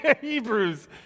Hebrews